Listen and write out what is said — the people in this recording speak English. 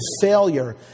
failure